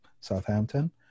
Southampton